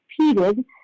repeated